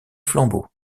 flambeau